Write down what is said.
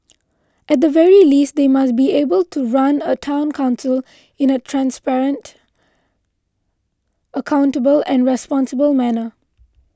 at the very least they must be able to run a Town Council in a transparent accountable and responsible manner